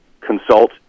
consult